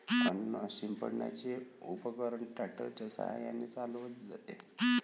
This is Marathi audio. अन्न शिंपडण्याचे उपकरण ट्रॅक्टर च्या साहाय्याने चालवले जाते